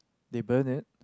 they burn it